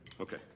Okay